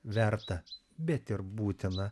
verta bet ir būtina